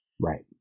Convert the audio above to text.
right